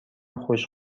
خوش